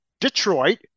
Detroit